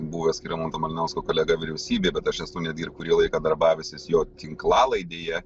buvęs skirmanto malinausko kolega vyriausybėj bet aš esu netgi kurį laiką darbavęsis jo tinklalaidėje